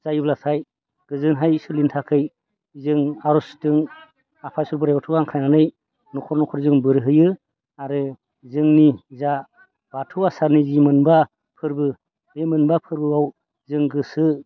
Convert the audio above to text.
जायोब्लाथाय गोजोननै सोलिनो थाखाय जों आर'जजों आफा इसोर बोराइ बाथौखौ हांख्राइनानै न'खर न'खर जों बोर होयो आरो जोंनि जा बाथौ आसारनि जि मोनबा फोरबो बे मोनबा फोरबोआव जों गोसो